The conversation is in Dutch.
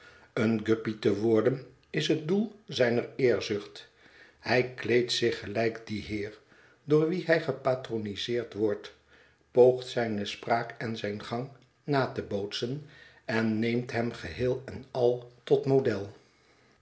een guppy te worden is het doel zijner eerzucht hij kleedt zich gelijk die heer door wien hij gepatroniseerd wordt poogt zijne spraak en zijn gang na te bootsen en neemt hem geheel en al tot model